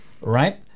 right